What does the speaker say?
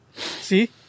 See